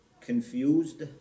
confused